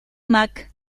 mac